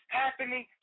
happening